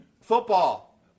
Football